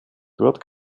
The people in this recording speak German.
dort